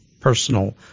personal